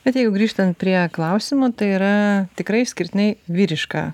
bet jeigu grįžtant prie klausimo tai yra tikrai išskirtinai vyriška